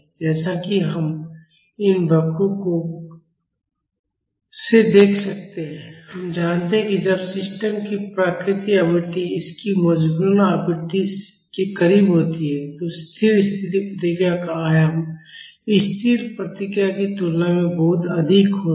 जैसा कि हम इन वक्रों से देख सकते हैं हम जानते हैं कि जब सिस्टम की प्राकृतिक आवृत्ति इसकी मजबूरन आवृत्ति के करीब होती है तो स्थिर स्थिति प्रतिक्रिया का आयाम स्थिर प्रतिक्रिया की तुलना में बहुत अधिक होता है